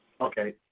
Okay